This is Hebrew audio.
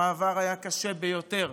המעבר היה קשה ביותר.